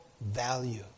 value